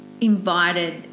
invited